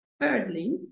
Thirdly